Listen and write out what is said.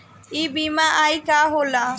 EMI का होला?